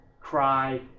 cry